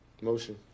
Motion